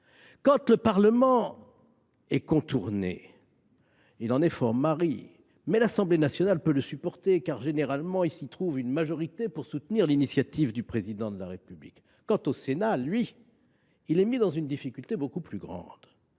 Quand le Parlement est contourné, il en est fort marri, mais l’Assemblée nationale peut le supporter, car, généralement, il s’y trouve une majorité pour soutenir l’initiative du Président de la République. Pour le Sénat, la difficulté est beaucoup plus grande.